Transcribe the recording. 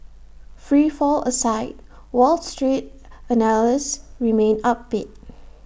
free fall aside wall street analysts remain upbeat